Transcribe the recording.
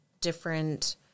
different